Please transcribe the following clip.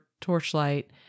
Torchlight